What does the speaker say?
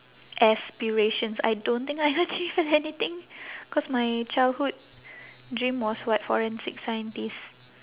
aspirations I don't think I achieve anything cause my childhood dream was what forensic scientist